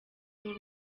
nk’u